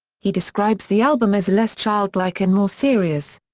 he describes the album as less childlike and more serious.